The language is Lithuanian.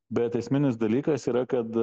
bet esminis dalykas yra kad